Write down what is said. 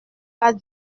pas